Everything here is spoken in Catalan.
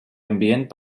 ambient